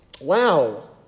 Wow